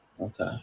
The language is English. okay